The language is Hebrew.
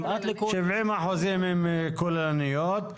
70% עם כוללניות.